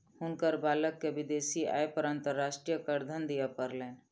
हुनकर बालक के विदेशी आय पर अंतर्राष्ट्रीय करधन दिअ पड़लैन